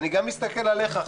אני גם מסתכל עליך,